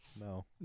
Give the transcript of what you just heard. No